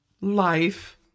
life